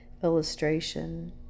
illustration